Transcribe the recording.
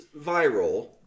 viral